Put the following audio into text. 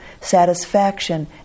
Satisfaction